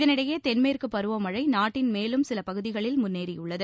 இதனிடையே தென்மேற்கு பருவமழை நாட்டின் மேலும் சில பகுதிகளில் முன்னேறியுள்ளது